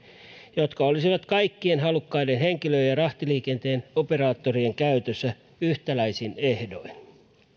jotka olisivat kaikkien halukkaiden henkilö ja ja rahtiliikenteen operaattorien käytössä yhtäläisin ehdoin